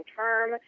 term